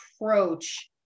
approach